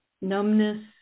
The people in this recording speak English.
numbness